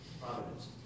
providence